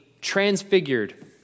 transfigured